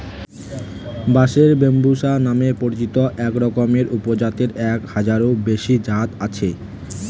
বাঁশের ব্যম্বুসা নামে পরিচিত একরকমের উপজাতের এক হাজারেরও বেশি জাত আছে